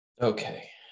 Okay